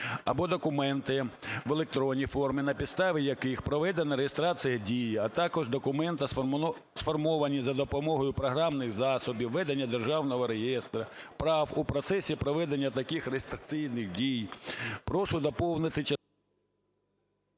або документи в електронній формі, на підставі яких проведено реєстрацію дій, а також документи, сформовані за допомогою програмних засобів ведення Державного реєстру прав у процесі проведення таких реєстраційних дій", прошу доповнити…